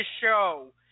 show